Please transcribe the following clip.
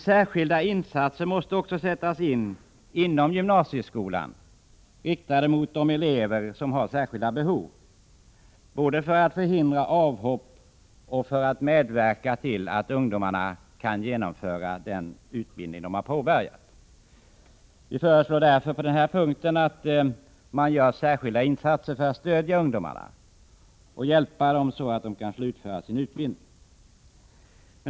Särskilda resurser måste också sättas in inom gymnasieskolan, riktade mot de elever som har särskilda behov, både för att förhindra avhopp och för att medverka till att ungdomarna kan genomföra den utbildning som de har påbörjat. Vi föreslår därför på denna punkt att man gör särskilda insatser för att stödja och hjälpa ungdomarna så att de kan slutföra sin utbildning.